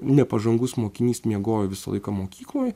nepažangus mokinys miegojo visą laiką mokykloj